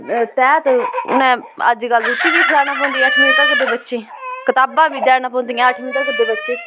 ते ते ओह् बी खुआना पौंदा बच्चें गी दसमी तगर कताबां बी देनियां पौंदियां अठमीं तगर दे बच्चें गी